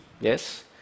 yes